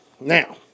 Now